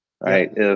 Right